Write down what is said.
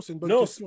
No